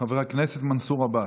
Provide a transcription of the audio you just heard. חבר הכנסת מנסור עבאס.